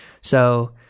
So-